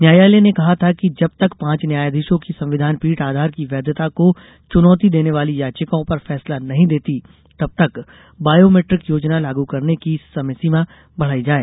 न्यायालय ने कहा था कि जब तक पांच न्यायाधीशों की संविधान पीठ आधार की वैधता को चुनौती देने वाली याचिकाओं पर फैसला नहीं देती बायोमीट्रिक योजना लागू करने की समयसीमा बढ़ाई जाए